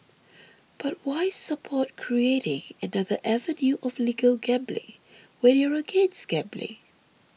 but why support creating another avenue of legal gambling when you're against gambling